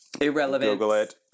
Irrelevant